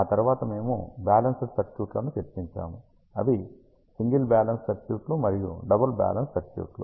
ఆ తరువాత మేము బాలెన్సేడ్ సర్క్యూట్లను చర్చించాము అవి సింగిల్ బ్యాలెన్స్ సర్క్యూట్లు మరియు డబుల్ బ్యాలెన్స్ సర్క్యూట్లు